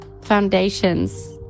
foundations